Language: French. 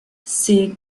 ses